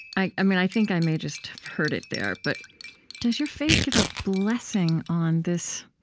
i i mean, i think i may just have heard it there, but does your faith give a blessing on this,